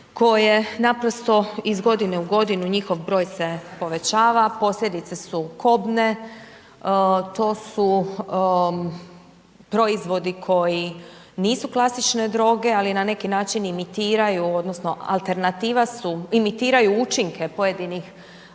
koje naprosto iz godine u godinu njihov broj se povećava, posljedice su kobne, to su proizvodi koji nisu klasične droge, ali na neki način imitiraju odnosno alternativa su, imitiraju učinke pojedinih